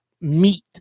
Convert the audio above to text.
meat